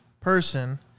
person